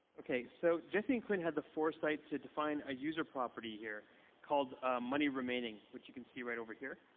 ok. so jesse and quinn had the foresight to define a user property here called money remaining, which you can see right over here.